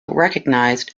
recognized